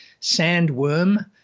Sandworm